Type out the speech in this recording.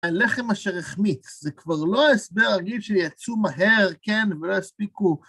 הלחם אשר החמיץ, זה כבר לא ההסבר הרגיל שיצאו מהר, כן, ולא הספיקו.